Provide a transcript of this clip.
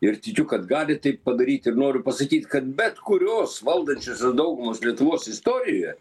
ir tikiu kad gali taip padaryt ir noriu pasakyt kad bet kurios valdančiosios daugumos lietuvos istorijoje